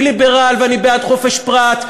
אני ליברל ואני בעד חופש הפרט,